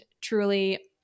truly